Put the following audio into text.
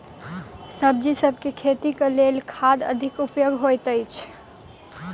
सब्जीसभ केँ खेती केँ लेल केँ खाद अधिक उपयोगी हएत अछि?